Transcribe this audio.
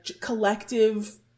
collective